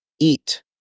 eat